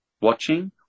watching